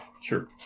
Sure